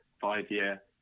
five-year